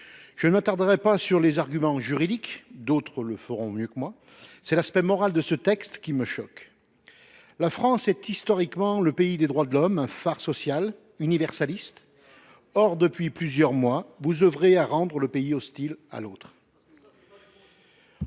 Je ne m’attarderai pas sur les arguments juridiques, d’autres le feront mieux que moi. C’est l’aspect moral de ce texte qui me choque. La France est historiquement le pays des droits de l’homme, un phare social et universaliste. Or, depuis plusieurs mois, vous œuvrez à rendre le pays hostile à l’autre.